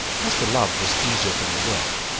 as the love was easier than the work,